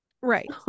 Right